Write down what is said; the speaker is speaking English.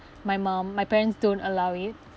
my mum my parents don't allow it